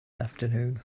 afternoon